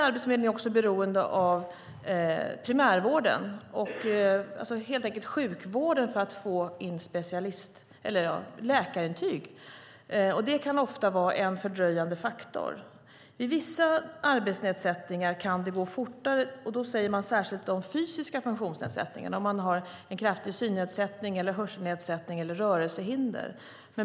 Arbetsförmedlingen är också beroende av primärvården och sjukvården för att få in läkarintyg. Det kan ofta vara en fördröjande faktor. Vid vissa arbetsnedsättningar kan det gå fortare. Det gäller särskilt vid fysiska funktionsnedsättningar, om man har en kraftig synnedsättning, hörselnedsättning eller rörelsehinder.